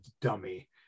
dummy